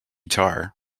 tar